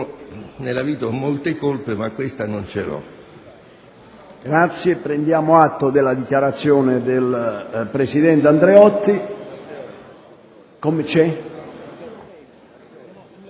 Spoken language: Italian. nella vita ho molto colpe, ma questa non ce l'ho. PRESIDENTE. Prendiamo atto della dichiarazione del presidente Andreotti.